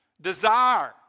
Desire